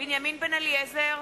בנימין בן-אליעזר,